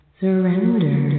surrender